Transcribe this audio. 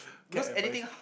capped at five